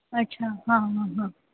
अच्छा हां हां हां